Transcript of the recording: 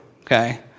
Okay